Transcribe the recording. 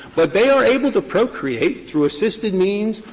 but they are able to procreate through assisted means,